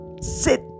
sit